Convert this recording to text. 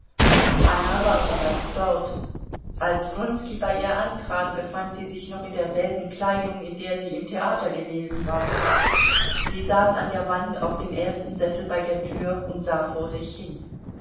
anna war bereits dort als wronski bei ihr eintrat befand sie sich noch in derselben kleidung in der sie im theater gewesen war sie saß an der wand auf dem ersten sessel bei der tür und sah vor sich hin